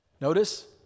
Notice